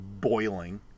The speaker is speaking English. boiling